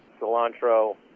cilantro